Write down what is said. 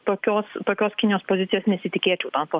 tokios tokios kinijos pozicijos nesitikėčiau ten po